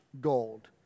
gold